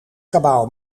kabaal